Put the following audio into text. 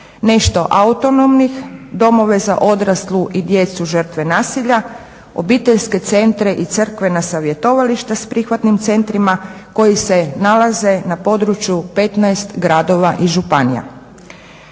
Nešto autonomnih, domove za odraslu i djecu žrtve nasilja, obiteljske centre i crkvena savjetovališta s prihvatnim centrima koji se nalaze na području 15 gradova i županija.